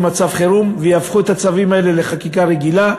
מצב חירום ויהפכו את הצווים האלה לחקיקה רגילה,